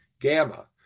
gamma